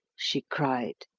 she cried.